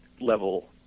level